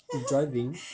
and driving